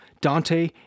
Dante